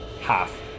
half